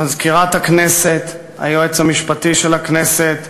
מזכירת הכנסת, היועץ המשפטי של הכנסת,